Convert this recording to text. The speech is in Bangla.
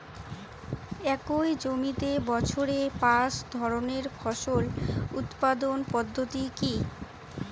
একই জমিতে বছরে পাঁচ ধরনের ফসল উৎপাদন পদ্ধতি কী?